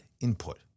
input